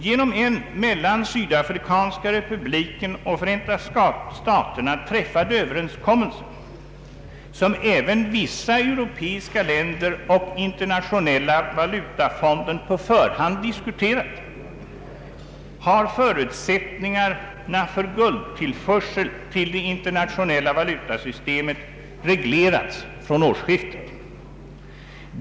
Genom en mellan Sydafrikanska republiken och Förenta staterna träffad överenskommelse, som även vissa europeiska länder och Internationella valutafonden på förhand diskuterat, har förutsättningarna för guldtillförseln till det internationella valutasystemet reglerats från årsskiftet.